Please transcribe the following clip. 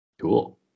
Cool